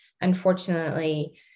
unfortunately